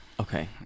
Okay